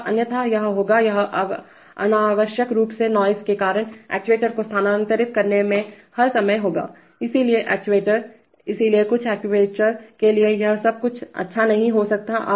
बेशक क्योंकि वेशायद आप वास्तव में उस एरर को सहन कर सकते हैं और यह अन्यथायह होगायह अनावश्यक रूप से नॉइज़ के कारण एक्ट्यूएटर को स्थानांतरित करने में हर समय होगा इसलिए एक्ट्यूएटर इसलिए कुछ एक्ट्यूएटर के लिए यह तब अच्छा नहीं हो सकता है